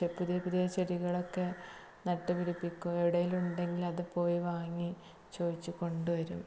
check ചെയ്ത് പുതിയ ചെടികളൊക്കെ നട്ടു പിടിപ്പിക്കും എവിടെ എങ്കിലും ഉണ്ടെങ്കില് അത് പോയി വാങ്ങി ചോദിച്ചു കൊണ്ട് വരും